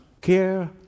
care